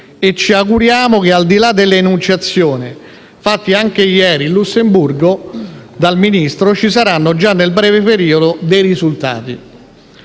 e ci auguriamo che, al di là delle enunciazioni fatte ieri in Lussemburgo dal Ministro, ci saranno, già nel breve periodo, dei risultati.